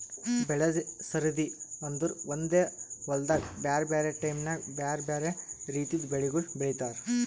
ಬೆಳೆ ಸರದಿ ಅಂದುರ್ ಒಂದೆ ಹೊಲ್ದಾಗ್ ಬ್ಯಾರೆ ಬ್ಯಾರೆ ಟೈಮ್ ನ್ಯಾಗ್ ಬ್ಯಾರೆ ಬ್ಯಾರೆ ರಿತಿದು ಬೆಳಿಗೊಳ್ ಬೆಳೀತಾರ್